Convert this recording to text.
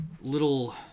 little